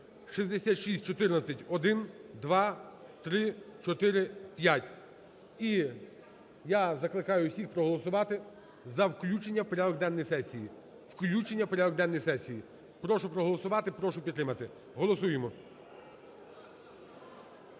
6614-1, 2, 3, 4, 5. І я закликаю всіх проголосувати за включення в порядок денний сесії, включення в порядок денний сесії. Прошу проголосувати, прошу підтримати, голосуємо.